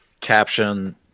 caption